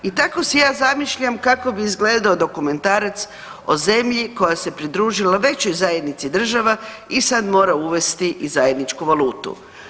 I tako si ja zamišljam kako bi izgledao dokumentarac o zemlji koja se pridružila većoj zajednici država i sad mora uvesti i zajedničku valutu.